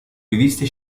riviste